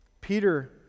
Peter